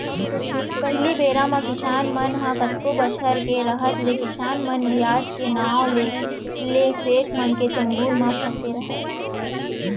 पहिली बेरा म किसान मन ह कतको बछर के रहत ले किसान मन बियाज के नांव ले सेठ मन के चंगुल म फँसे रहयँ